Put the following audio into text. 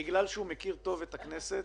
בגלל שהוא מכיר טוב את הכנסת,